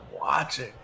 watching